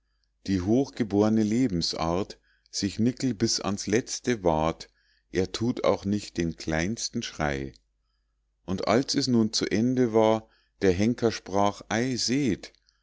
die hochgeborne lebensart sich nickel bis ans letzte wahrt er tut auch nicht den kleinsten schrei und als es nun zu ende war der henker sprach ei seht